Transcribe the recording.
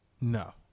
No